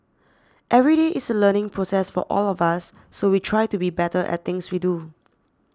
every day is a learning process for all of us so we try to be better at things we do